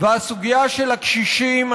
והסוגיה של הקשישים,